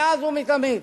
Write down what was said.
מאז ומתמיד